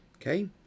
Okay